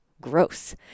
gross